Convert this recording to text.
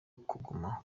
kuguma